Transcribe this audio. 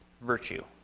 virtue